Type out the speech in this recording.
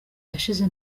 yashize